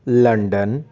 London